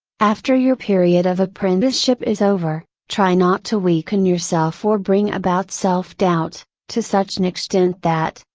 after your period of apprenticeship is over, try not to weaken yourself or bring about self doubt, to such an extent that,